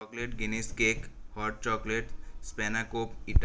chocolate Guinness cake hot chocolate સ્પેનાકોપ it